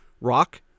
rock